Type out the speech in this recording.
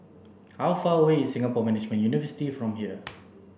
how far away is Singapore Management University from here